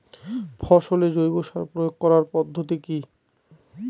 ফসলে জৈব সার প্রয়োগ করার পদ্ধতি কি?